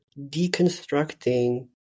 deconstructing